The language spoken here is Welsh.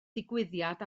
digwyddiad